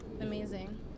Amazing